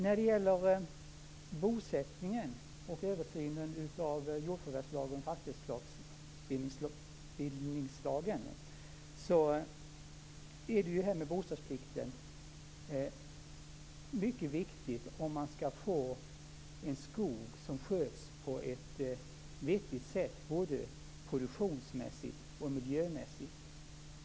När det gäller bosättningen och översynen av jordförvärvslagen och fastighetsbildningslagen är bostadsplikten mycket viktig för att få en skog som sköts på ett vettigt sätt både produktionsmässigt och miljömässigt.